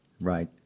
right